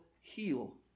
heal